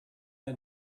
had